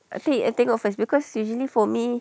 I think I tengok first because usually for me